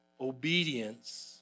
obedience